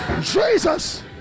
Jesus